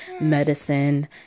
medicine